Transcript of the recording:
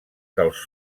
dels